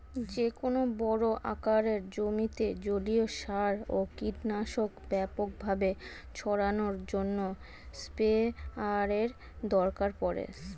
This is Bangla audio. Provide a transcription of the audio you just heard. যেকোনো বড় আকারের জমিতে জলীয় সার ও কীটনাশক ব্যাপকভাবে ছড়ানোর জন্য স্প্রেয়ারের দরকার পড়ে